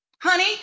honey